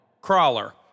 Crawler